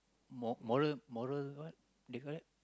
mo~ moral moral what they call that